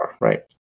right